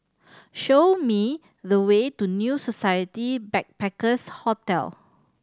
show me the way to New Society Backpackers' Hotel